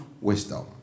wisdom